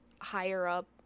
higher-up